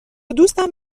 دوستم